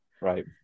Right